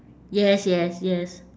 yes yes yes